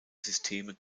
systeme